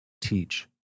teach